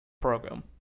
program